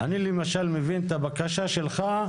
אני למשל מבין את הבקשה שלך,